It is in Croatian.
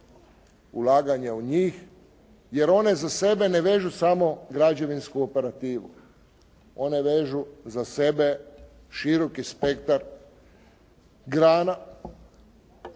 ulaganja u njih jer one za sebe ne vežu samo građevinsku operativu. One vežu za sebe široki spektar grana